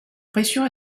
pression